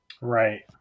Right